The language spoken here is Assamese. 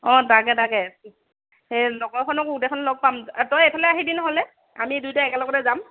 অঁ তাকে তাকে এই লগৰখনক গোটেইখন লগ পাম তই এইফালে আহিবি নহ'লে আমি দুইটা একেলগতে যাম